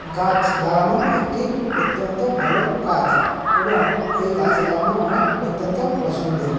গাছ লাগানো একটি অত্যন্ত ভালো কাজ এবং এই গাছ লাগানো আমার অত্যন্ত পছন্দের